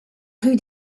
rue